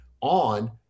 on